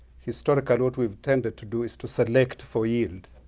historically, what we've tended to do is to select for yield,